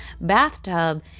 bathtub